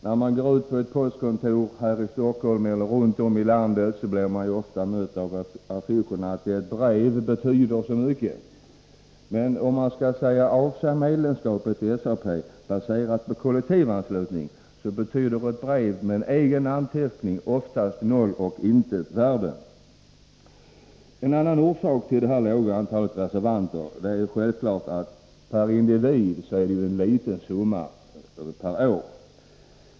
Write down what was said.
När man går till ett postkontor här i Stockholm eller någon annanstans här i landet möts man ofta av affischer om att ett brev betyder så mycket. Men om man skall avsäga sig medlemskapet i SAP, baserat på kollektivanslutning, så är ett brev med egen namnteckning oftast av noll och intet värde. En annan orsak till det låga antalet reservanter är självfallet att det per individ gäller en liten summa per år.